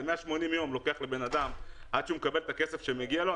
180 ימים לוקח לאדם עד שהוא מקבל את הכסף שמגיע לו.